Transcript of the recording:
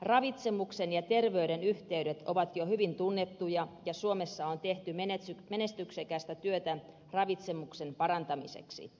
ravitsemuksen ja terveyden yhteydet ovat jo hyvin tunnettuja ja suomessa on tehty menestyksekästä työtä ravitsemuksen parantamiseksi